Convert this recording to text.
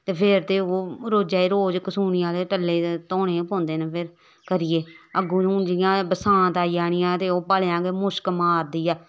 फेर ते ओह् रोजा दे रोज कसूनी आह्ले टल्ले धोने पौंदे न फिर करियै अग्गूं हून जियां बरसांत आई जानी ऐ ते ओह् भलेआं गै मुश्क मारदी ऐ